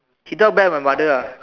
he talk bad about my mother ah